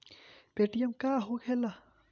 Paytm का होखेला?